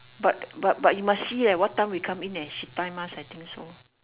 but but but you must see eh what time we come in and she time us I think so